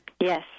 Yes